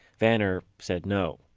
vanner said no